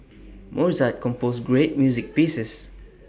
Mozart composed great music pieces